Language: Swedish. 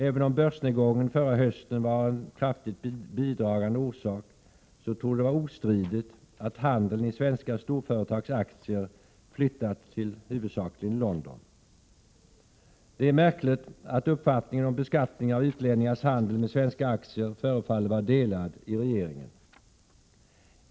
Även om börsnedgången förra hösten var en kraftigt bidragande orsak, torde det vara ostridigt att handeln i svenska storföretags aktier flyttat huvudsakligen till London. Det är märkligt att olika uppfattningar om beskattningen av utlänningars handel med svenska aktier förefaller råda i regeringen.